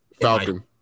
Falcon